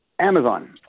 Amazon